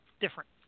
different